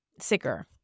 Sicker